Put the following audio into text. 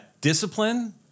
discipline